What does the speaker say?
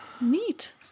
Neat